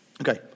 Okay